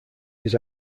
his